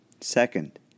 Second